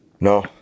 No